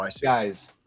guys